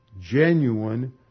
genuine